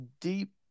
deep